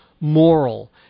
moral